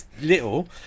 little